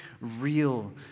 real